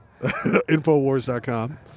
Infowars.com